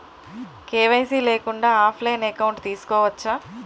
KYC లేకుండా కూడా offline account తీసుకోవచ్చా?